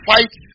Fight